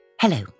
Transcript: Hello